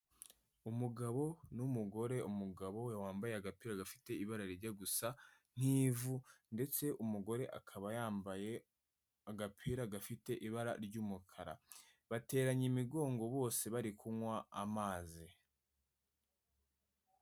Umugabo n'umugore, umugabo wambaye agapira gafite ibara rijya gusa nk'ivu ndetse umugore akaba yambaye agapira gafite ibara ry'umukara, bateranye imigongo bose bari kunywa amazi.